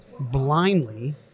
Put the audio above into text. Blindly